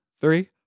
three